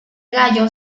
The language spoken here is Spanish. gallo